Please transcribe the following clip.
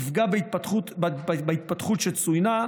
יפגע בהתפתחות שצוינה,